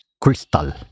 crystal